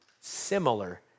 similar